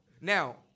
Now